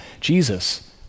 Jesus